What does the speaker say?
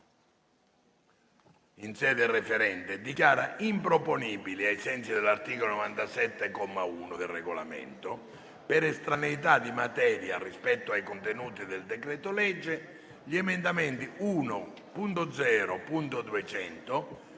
in sede referente, dichiara improponibile, ai sensi dell'articolo 97, comma 1, del Regolamento, per estraneità di materia rispetto ai contenuti del decreto-legge, gli emendamenti 1.0.200 (già